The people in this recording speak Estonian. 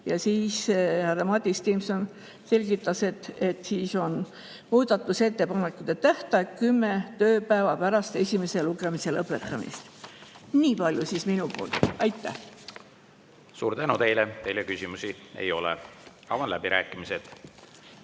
Siis härra Madis Timpson selgitas, et muudatusettepanekute tähtaeg on kümme tööpäeva pärast esimese lugemise lõpetamist. Niipalju siis minu poolt. Aitäh! Suur tänu teile! Teile küsimusi ei ole. Avan läbirääkimised.